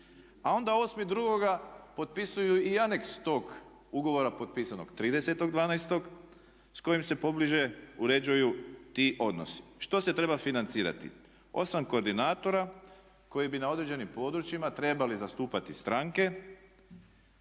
a onda 8.02. potpisuju i aneks tog ugovora potpisanog 30.12. s kojim se pobliže uređuju ti odnosi. Što se treba financirati? 8 koordinatora koji bi na određenim područjima trebali zastupati stranke